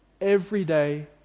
everyday